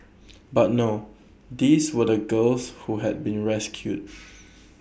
but no these were the girls who had been rescued